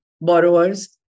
borrowers